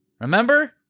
Remember